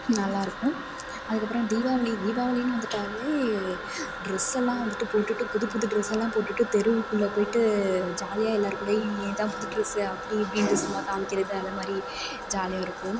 நல்லாயிருக்கும் அதுக்கப்புறம் தீபாவளி தீபாவளினு வந்துவிட்டாலே டிரெஸ்ஸெல்லாம் வந்துட்டு போட்டுகிட்டு புது புது டிரஸ் எல்லாம் போட்டுகிட்டு தெருவுக்குள்ளே போய்ட்டு ஜாலியாக எல்லாேர் கூடேயும் இது தான் புது டிரஸ்சு அப்படி இப்படினு சும்மா காமிக்கிறது அந்த மாதிரி ஜாலியாக இருக்கும்